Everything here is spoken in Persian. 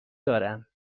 دارم